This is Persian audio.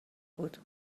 بود